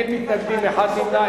אין מתנגדים, נמנע אחד.